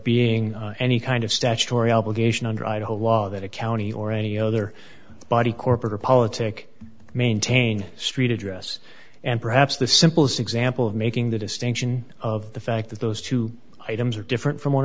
being any kind of statutory obligation under idaho law that a county or any other body corporate or politic maintain street address and perhaps the simplest example of making the distinction of the fact that those two items are different from one